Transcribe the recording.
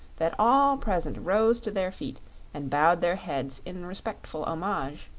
that all present rose to their feet and bowed their heads in respectful homage,